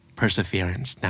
perseverance